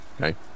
okay